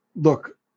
look